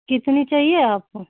कितने चाहिए आपको